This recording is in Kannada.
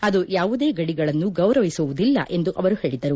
ಅದು ಯಾವುದೇ ಗಡಿಗಳನ್ನು ಗೌರವಿಸುವುದಿಲ್ಲ ಎಂದು ಅವರು ಹೇಳಿದರು